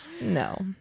No